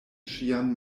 ŝian